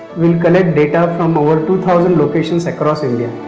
we'll collect data from over two thousand locations across india.